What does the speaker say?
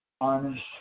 Honest